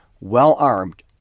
well-armed